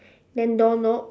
then doorknob